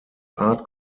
art